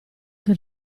che